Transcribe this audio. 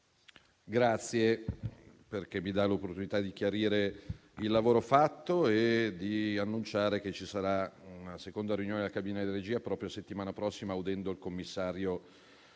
che mi dà l'opportunità di chiarire il lavoro fatto e di annunciare che ci sarà una seconda riunione della cabina di regia, proprio la settimana prossima, con l'audizione del commissario